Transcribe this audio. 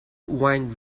wine